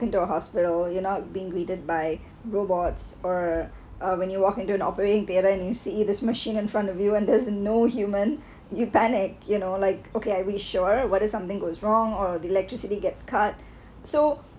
into a hospital you know being graded by robots or uh when you walk into the operating theatre and you see this machine in front of you and there's no human you panic you know like okay I really sure whether something goes wrong or electricity gets cut so